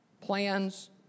Plans